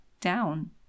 down